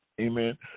Amen